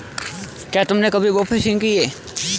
क्या तुमने कभी बोफिशिंग की है?